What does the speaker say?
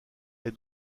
est